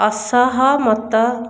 ଅସହମତ